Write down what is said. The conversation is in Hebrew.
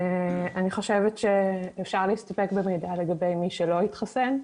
אני חושבת שאפשר להסתפק במידע לגבי מי שלא התחסן.